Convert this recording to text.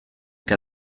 que